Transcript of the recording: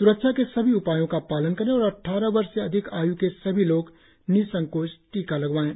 स्रक्षा के सभी उपायों का पालन करें और अड्डारह वर्ष से अधिक आय् के सभी लोग निसंकोच टीका लगवाएं